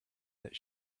that